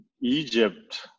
egypt